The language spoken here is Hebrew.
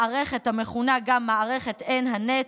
מערכת המכונה גם "מערכת עין הנץ",